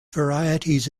varieties